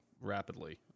rapidly